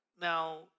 Now